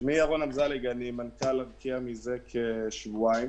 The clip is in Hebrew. אמזלג, אני מנכ"ל ארקיע מזה כשבועיים.